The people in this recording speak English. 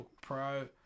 Pro